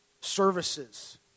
services